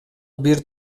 бир